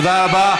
תודה רבה.